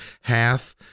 half